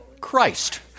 Christ